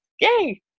yay